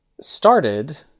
started